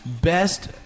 Best